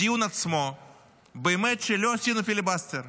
בדיון עצמו באמת שלא עשינו פיליבסטר,